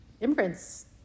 immigrants